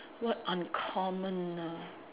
what uncommon ah